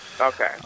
Okay